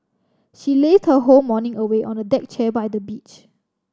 she lazed her whole morning away on a deck chair by the beach